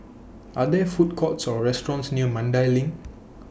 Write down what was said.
Are There Food Courts Or restaurants near Mandai LINK